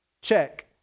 Check